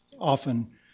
often